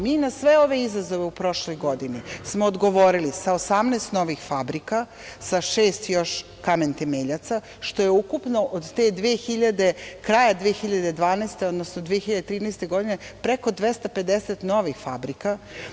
Mi na sve ove izazove u prošloj godini, smo odgovorili sa 18 novih fabrika, sa 6 još kamen temeljaca, što je ukupno od kraja 2012. godine, odnosno 2013. godine, preko 250 novih fabrika.